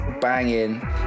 banging